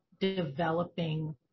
developing